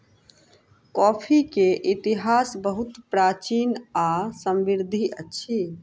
coffee के इतिहास बहुत प्राचीन आ समृद्धि अछि